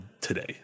today